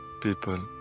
People